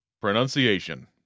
Pronunciation